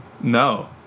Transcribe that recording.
No